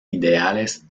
ideales